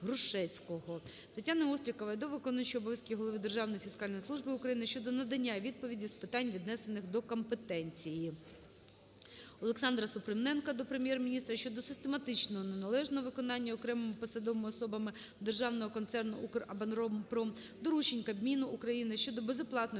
ТетяниОстрікової до виконуючого обов'язки голови Державної фіскальної служби України щодо надання відповіді з питань, віднесених до компетенції. ОлександраСупруненка до Прем'єр-міністра щодо систематичного неналежного виконання окремими посадовими особами державного концерну "Укроборонпром" доручень Кабміну України щодо безоплатної